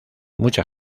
mucha